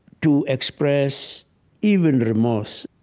to express even remorse,